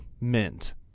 mint